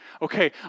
Okay